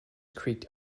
creaked